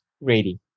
ready